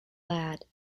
lad